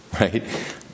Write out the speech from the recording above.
right